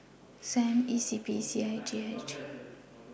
S A M E C P and C H I J